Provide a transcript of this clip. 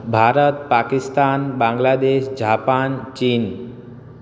Bharat Pakistan Bangladesh Japan Chin